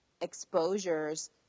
exposures